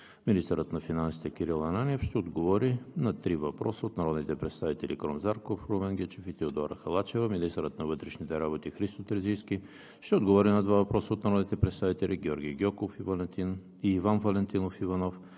Министърът на финансите Кирил Ананиев ще отговори на три въпроса от народните представители Крум Зарков; Румен Гечев; и Теодора Халачева. 2. Министърът на вътрешните работи Христо Терзийски ще отговори на два въпроса от народните представители Георги Гьоков; и Иван Валентинов Иванов.